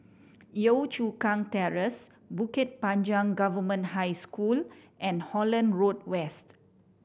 Yio Chu Kang Terrace Bukit Panjang Government High School and Holland Road West